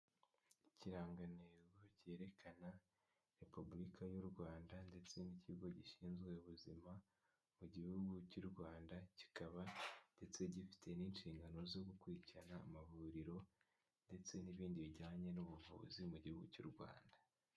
Ikirangantego cyerekana repubulika y'u Rwanda, ndetse n'ikigo gishinzwe ubuzima mu gihugu cy'u Rwanda, kikaba ndetse gifite n'inshingano zo gukurikirana amavuriro, ndetse n'ibindi bijyanye n'ubuvuzi mu gihugu cy'u Rwanda.